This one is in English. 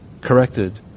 corrected